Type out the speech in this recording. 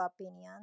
opinion